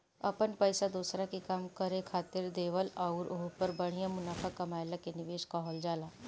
अपन पइसा दोसरा के काम करे खातिर देवल अउर ओहपर बढ़िया मुनाफा कमएला के निवेस कहल जाला